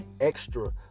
extra